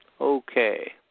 Okay